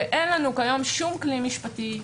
ואין לנו כיום שום כלי משפטי,